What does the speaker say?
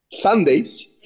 Sundays